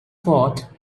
fought